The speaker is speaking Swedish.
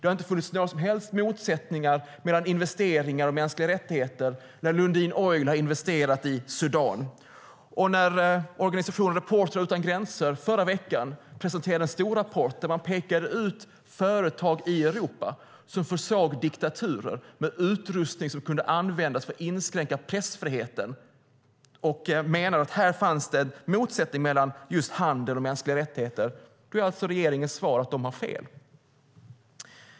Det har inte funnits några som helst motsättningar mellan investeringar och mänskliga rättigheter när Lundin Oil har investerat i Sudan. Och när organisationen Reportrar utan gränser presenterade en stor rapport i förra veckan där de pekade ut företag i Europa som försåg diktaturer med utrustning som kunde användas för att inskränka pressfriheten och menade att det här fanns en motsättning mellan just handel och mänskliga rättigheter är alltså regeringens svar att de har fel.